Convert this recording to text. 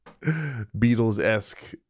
Beatles-esque